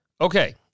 Okay